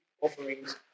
offerings